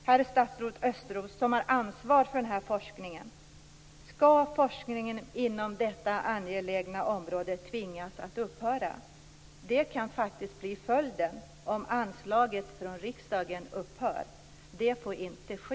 Herr statsrådet Östros, som har ansvar för denna forskning, skall forskningen inom detta angelägna område tvingas att upphöra? Det kan faktiskt bli följden om anslaget från riksdagen upphör. Det får inte ske.